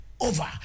over